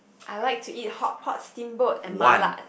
I like to eat hotpot steamboat and mala at